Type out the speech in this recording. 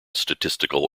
statistical